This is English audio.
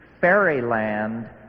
Fairyland